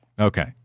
Okay